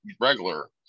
regular